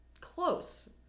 close